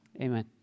Amen